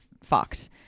fucked